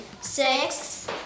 six